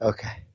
Okay